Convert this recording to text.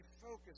focus